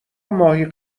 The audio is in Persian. ماهی